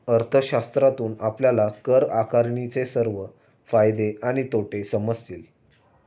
अर्थशास्त्रातून आपल्याला कर आकारणीचे सर्व फायदे आणि तोटे समजतील